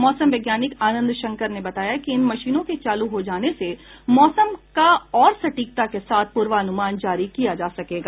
मौसम वैज्ञानिक आनंद शंकर ने बताया कि इन मशीनों के चालू हो जाने से मौसम का और सटीकता के साथ पूर्वानुमान जारी किया जा सकेगा